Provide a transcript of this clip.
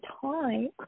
time –